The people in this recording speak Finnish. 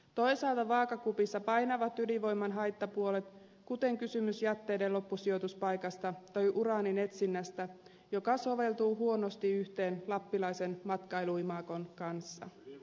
toisaalta vaakakupissa painavat ydinvoiman haittapuolet kuten kysymys jätteiden loppusijoituspaikasta tai uraanin etsinnästä joka soveltuu huonosti yhteen lappilaisen matkailuimagon kanssa